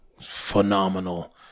Phenomenal